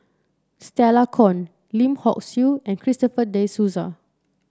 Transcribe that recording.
Stella Kon Lim Hock Siew and Christopher De Souza